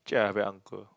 actually I very uncle